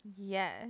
Yes